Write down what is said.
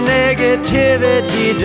negativity